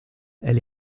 elle